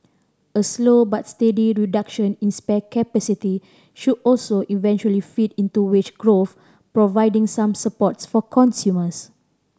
a slow but steady reduction in spare capacity should also eventually feed into wage growth providing some supports for consumers